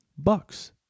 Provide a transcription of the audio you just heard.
bucks